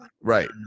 Right